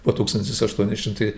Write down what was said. po tūkstantis aštuoni šimtai